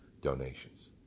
donations